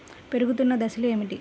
పెరుగుతున్న దశలు ఏమిటి?